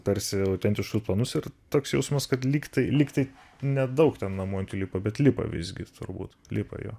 tarsi autentiškus planus ir toks jausmas kad lyg tai lyg tai nedaug ten namų ant jų lipa bet lipa visgi turbūt lipa jo